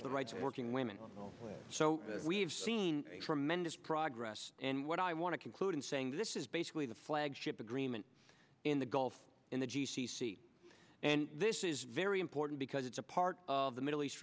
for the rights of working women so we've seen tremendous progress and what i want to conclude in saying this is basically the flagship agreement in the gulf in the g c c and this is very important because it's a part of the middle east